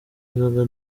inzoga